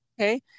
Okay